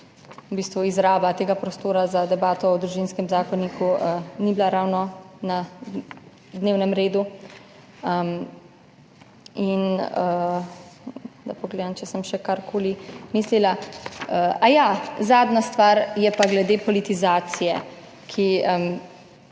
v bistvu izraba tega prostora za debato o Družinskem zakoniku ni bila ravno na dnevnem redu. Da pogledam, če sem še karkoli mislila. Aja, zadnja stvar je pa glede politizacije, ki